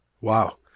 wow